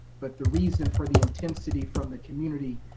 but the reason for the intensity from the community,